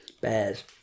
Bears